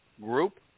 group